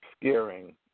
scaring